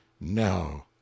No